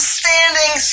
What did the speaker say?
standing